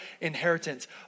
inheritance